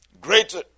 greater